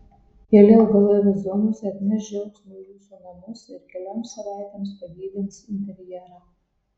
keli augalai vazonuose atneš džiaugsmo į jūsų namus ir kelioms savaitėms pagyvins interjerą